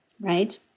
right